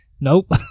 Nope